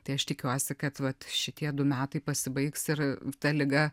tai aš tikiuosi kad vat šitie du metai pasibaigs ir ta liga